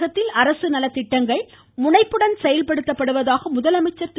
தமிழகத்தில் அரசு நலத்திட்டங்கள் முனைப்புடன் செயல்படுத்தப்படுவதாக முதலமைச்சர் திரு